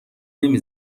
نمی